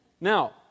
Now